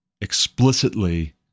explicitly